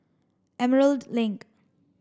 Emerald Link